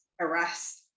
arrest